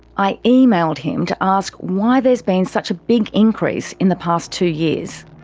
i emailed him to ask why there has been such a big increase in the past two years.